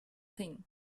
thing